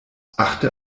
achte